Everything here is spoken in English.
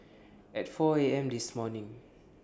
At four A M This morning